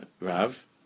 Rav